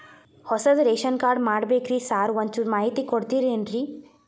ಹೊಸದ್ ration card ಮಾಡ್ಬೇಕ್ರಿ sir ಒಂಚೂರ್ ಮಾಹಿತಿ ಕೊಡ್ತೇರೆನ್ರಿ?